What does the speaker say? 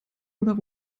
oder